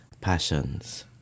passions